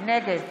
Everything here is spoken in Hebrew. נגד